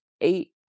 eight